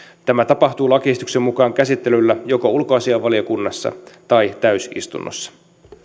tämä tapahtuu lakiesityksen mukaan käsittelyllä joko ulkoasiainvaliokunnassa tai täysistunnossa